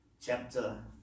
chapter